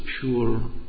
pure